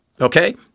okay